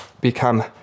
become